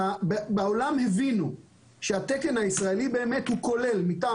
בעולם הבינו שהתקן הישראלי הוא כולל מטעם